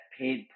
paid